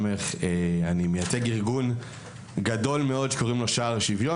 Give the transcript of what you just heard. אני מייצג ארגון גדול מאוד שקוראים לו 'שער שוויון'.